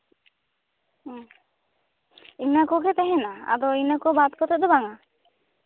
ᱦᱮᱸ ᱤᱱᱟᱹ ᱠᱚᱜᱮ ᱛᱟᱦᱮᱱᱟ ᱤᱱᱟᱹ ᱠᱚ ᱵᱟᱫ ᱠᱟᱛᱮᱜ ᱫᱚ ᱵᱟᱝᱼᱟ